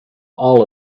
all